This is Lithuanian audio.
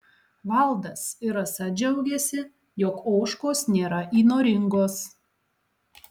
valdas ir rasa džiaugiasi jog ožkos nėra įnoringos